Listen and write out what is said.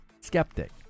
skeptic